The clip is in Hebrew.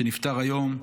שנפטר היום.